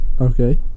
Okay